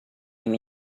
him